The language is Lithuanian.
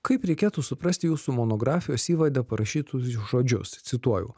kaip reikėtų suprasti jūsų monografijos įvade parašytus žodžius cituoju